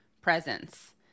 presence